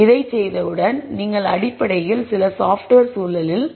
இதைச் செய்தவுடன் நீங்கள் அடிப்படையில் சில சாப்ட்வேர் சூழலில் சொல்யூஷனை அமலாக்குகிறீர்கள்